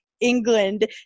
England